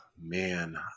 man